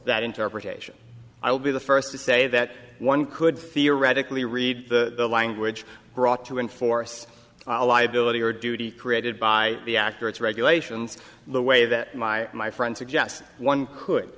that interpretation i'll be the first to say that one could theoretically read the language brought to enforce a liability or duty created by the actor it's regulations the way that my my friend suggest one could